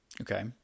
Okay